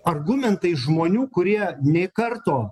argumentai žmonių kurie nė karto